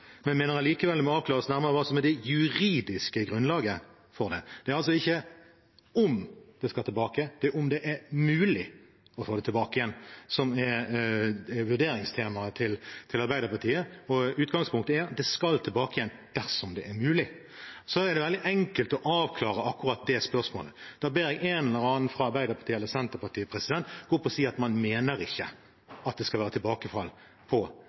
men mener allikevel det må avklares nærmere hva som er det juridiske grunnlaget.» Det er altså ikke om det skal tilbake, men om det er mulig å få det tilbake, som er vurderingstemaet til Arbeiderpartiet. Utgangspunktet er at det skal tilbake dersom det er mulig. Det er veldig enkelt å avklare akkurat det spørsmålet. Da ber jeg en eller annen fra Arbeiderpartiet eller fra Senterpartiet gå opp og si at man ikke mener at det skal være tilbakefall på